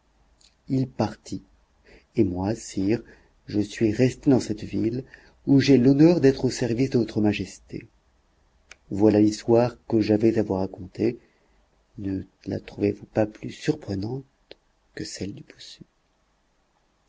il partit et moi sire je suis resté dans cette ville où j'ai l'honneur d'être au service de votre majesté voilà l'histoire que j'avais à vous raconter ne la trouvez-vous pas plus surprenante que celle du bossu